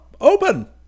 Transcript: open